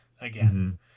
again